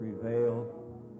prevail